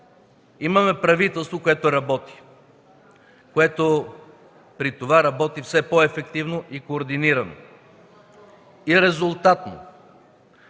имаме правителство, което работи, което при това работи все по-ефективно и координирано, и резултатно.